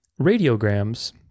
radiograms